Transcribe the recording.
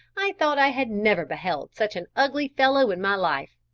i thought i had never beheld such an ugly fellow in my life,